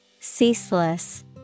ceaseless